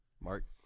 Mark